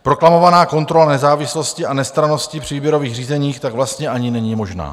Proklamovaná kontrola nezávislosti a nestrannosti při výběrových řízeních pak vlastně ani není možná.